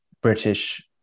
British